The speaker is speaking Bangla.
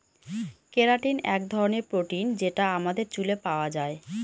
কেরাটিন এক ধরনের প্রোটিন যেটা আমাদের চুলে পাওয়া যায়